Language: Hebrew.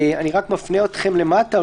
אני רק מפנה אתכם למטה,